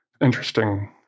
interesting